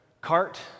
cart